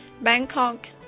Bangkok